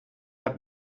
hat